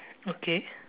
okay